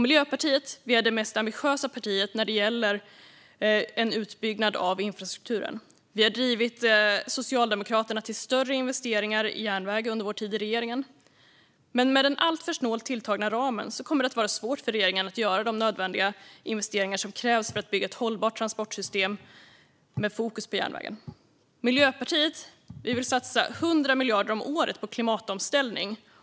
Miljöpartiet är det mest ambitiösa partiet när det gäller en utbyggnad av infrastrukturen. Vi har drivit Socialdemokraterna till större investeringar i järnväg under vår tid i regeringen. Men med den alltför snålt tilltagna ramen kommer det att vara svårt för regeringen att göra de nödvändiga investeringar som krävs för att bygga ett hållbart transportsystem med fokus på järnvägen. Miljöpartiet vill satsa 100 miljarder kronor om året på klimatomställning.